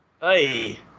Hey